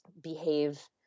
behave